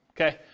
okay